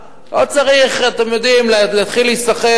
מרע"; לא צריך, אתם יודעים, להתחיל להיסחף.